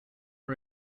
are